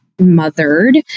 mothered